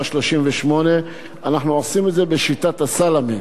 38. אנחנו עושים את זה בשיטת הסלאמי.